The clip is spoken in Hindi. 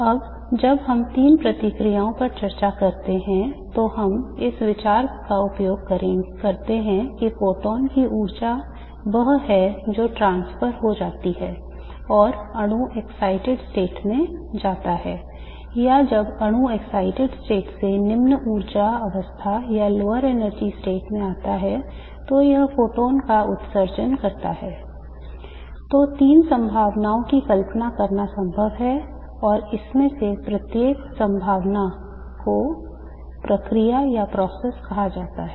अब जब हम तीन प्रक्रियाओं पर चर्चा करते हैं तो हम इस विचार का उपयोग करते हैं कि फोटॉन की ऊर्जा वह है जो स्थानांतरित कहा जाता है